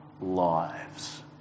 lives